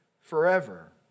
forever